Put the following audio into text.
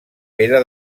pere